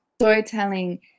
storytelling